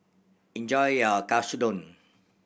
enjoy your Katsudon